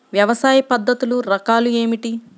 వ్యవసాయ పద్ధతులు రకాలు ఏమిటి?